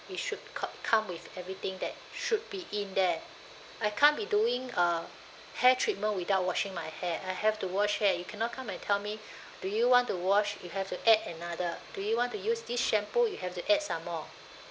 it should com~ come with everything that should be in there I can't be doing a hair treatment without washing my hair I have to wash hair you cannot come and tell me do you want to wash you have to add another do you want to use this shampoo you have to add some more